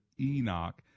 Enoch